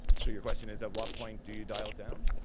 so your question is at what point do you dial down?